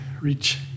reach